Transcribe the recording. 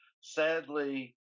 Sadly